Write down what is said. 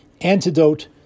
antidote